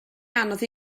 anodd